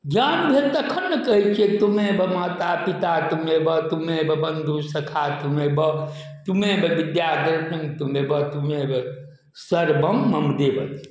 ज्ञान भेल तखन ने कहै छियै त्वमेव माता पिता त्वमेव त्वमेव बंधु सखा त्वमेव त्वमेव विद्या द्रविणम् त्वमेव त्वमेव सर्वम् मम देव देव